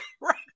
Right